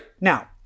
Now